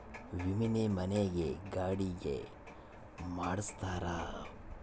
ವಿಮೆನ ಮನೆ ಗೆ ಗಾಡಿ ಗೆ ಮಾಡ್ಸ್ತಾರ